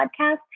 podcast